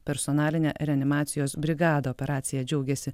personalinę reanimacijos brigadą operacija džiaugėsi